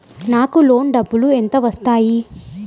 నాకు లోన్ డబ్బులు ఎంత వస్తాయి?